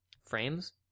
frames